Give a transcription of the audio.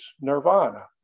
nirvana